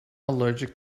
allergic